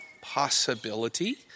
possibility